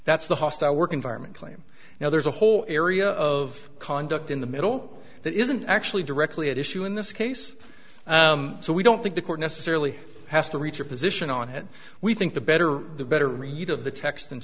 that's the hostile work environment claim now there's a whole area of conduct in the middle that isn't actually directly at issue in this case so we don't think the court necessarily has to reach a position on it we think the better the better read of the text and